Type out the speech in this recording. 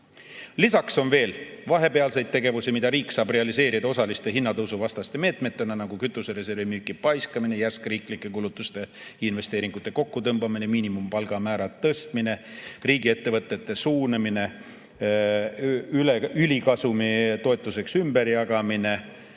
Lisaks on veel vahepealseid tegevusi, mida riik saab realiseerida osaliste hinnatõusuvastaste meetmetena, nagu kütusereservi müüki paiskamine, järsk riigi kulutuste ja investeeringute kokkutõmbamine, miinimumpalga määra tõstmine, riigiettevõtete suunamine, ülikasumi ümberjagamine